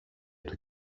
του